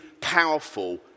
powerful